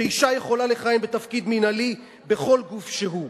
שאשה יכולה לכהן בתפקיד מינהלי בכל גוף שהוא.